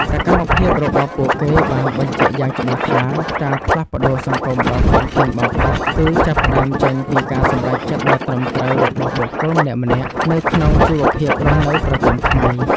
សកម្មភាពរបស់ពួកគេបានបញ្ជាក់យ៉ាងច្បាស់ថា ការផ្លាស់ប្តូរសង្គមដ៏ធំធេងបំផុត គឺចាប់ផ្តើមចេញពីការសម្រេចចិត្តដ៏ត្រឹមត្រូវរបស់បុគ្គលម្នាក់ៗនៅក្នុងជីវភាពរស់នៅប្រចាំថ្ងៃ។